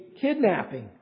kidnapping